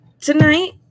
tonight